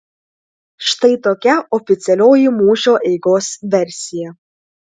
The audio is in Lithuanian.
štai tokia oficialioji mūšio eigos versija